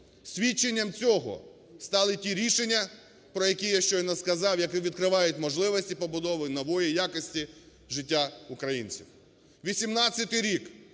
Свідченням цього стали ті рішення, про які я щойно сказав, які відкривають можливості побудови нової якості життя українців.